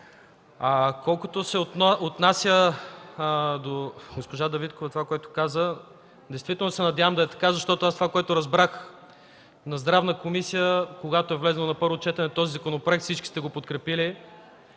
Колкото се отнася до госпожа Дариткова и това, което каза – действително се надявам да е така, защото аз това, което разбрах, на Здравна комисия, когато е влязъл на първо четене този законопроект, всички сте го подкрепили,